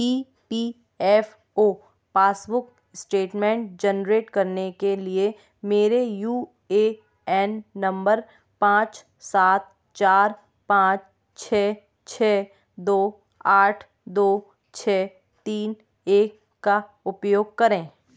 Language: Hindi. ई P F O passbook statement generate करने के लिए मेरे यू ए एन नम्बर पाँच सात चार पाँच छः छः दो आठ दो छः तीन एक का उपयोग करें